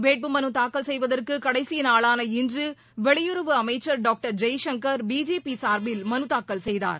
வேட்பு மனு தாக்கல் செய்வதற்கு கடைசி நாளான இன்று வெளியுறவு அமைச்சர் டாக்டர் ஜெய்சங்கர் பிஜேபி சார்பில் மனு தாக்கல் செய்தார்